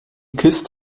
kissed